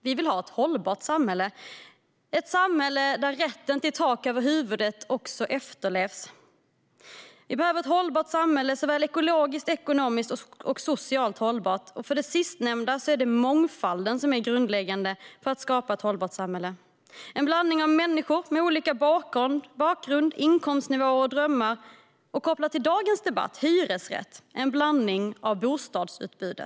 Vi vill ha ett hållbart samhälle, ett samhälle där rätten till tak över huvudet också efterlevs. Vi behöver ett hållbart samhälle såväl ekologiskt som ekonomiskt och socialt, och för det sistnämnda är det mångfalden som är grundläggande för att skapa ett hållbart samhälle. Vi behöver ett samhälle med en blandning av människor med olika bakgrund, inkomstnivåer och drömmar och, kopplat till dagens debatt om hyresrätt, ett blandat bostadsutbud.